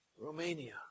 Romania